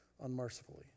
unmercifully